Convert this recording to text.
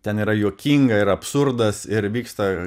ten yra juokinga ir absurdas ir vyksta